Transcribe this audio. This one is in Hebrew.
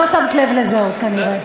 אז אל תגיד את הדברים האלה.